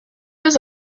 was